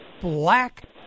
Black